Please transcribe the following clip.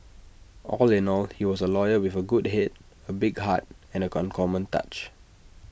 all in all he was A lawyer with A good Head A big heart and an uncommon touch